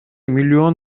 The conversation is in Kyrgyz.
миллион